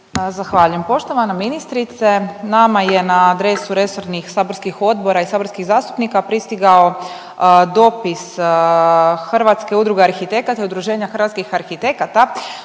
Zahvaljujem. Poštovana ministrice, nama je na adresu resornih saborskih odbora i saborskih zastupnika pristigao dopis Hrvatske udruge arhitekata i Udruženja hrvatskih arhitekata